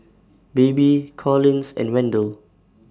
Baby Collins and Wendell